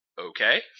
okay